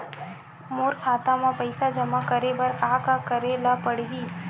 मोर खाता म पईसा जमा करे बर का का करे ल पड़हि?